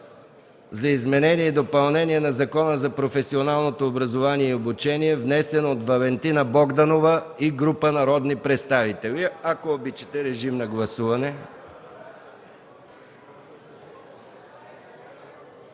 за изменение и допълнение на Закона за професионалното образование и обучение, внесен от Валентина Богданова и група народни представители. Гласували